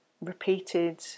repeated